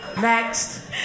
Next